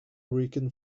rican